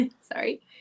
sorry